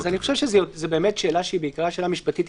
אז אני חושב שזו שאלה שהיא בעיקרה שאלת משפטית.